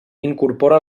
incorpora